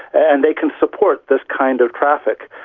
and they can support this kind of traffic.